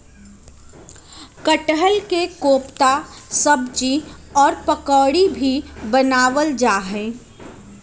कटहल के कोफ्ता सब्जी और पकौड़ी भी बनावल जा हई